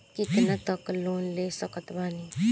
कितना तक लोन ले सकत बानी?